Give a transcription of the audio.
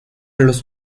los